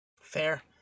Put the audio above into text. Fair